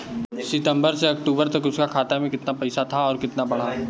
सितंबर से अक्टूबर तक उसका खाता में कीतना पेसा था और कीतना बड़ा?